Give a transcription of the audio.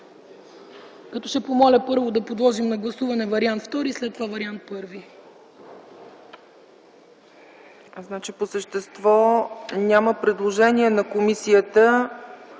Ще помоля първо да подложим на гласуване вариант втори и след това вариант първи.